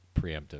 preemptive